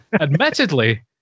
admittedly